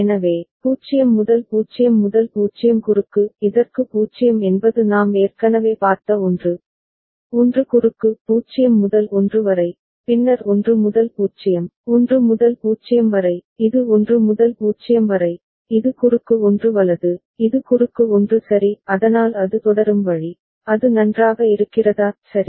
எனவே 0 முதல் 0 0 குறுக்கு இதற்கு 0 என்பது நாம் ஏற்கனவே பார்த்த 1 1 குறுக்கு 0 முதல் 1 வரை பின்னர் 1 முதல் 0 1 முதல் 0 வரை இது 1 முதல் 0 வரை இது குறுக்கு 1 வலது இது குறுக்கு 1 சரி அதனால் அது தொடரும் வழி அது நன்றாக இருக்கிறதா சரி